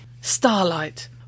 Starlight